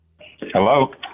Hello